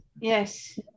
Yes